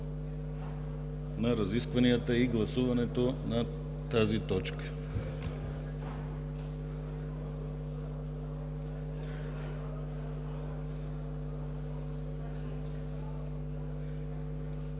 на разискванията и гласуването по тази точка.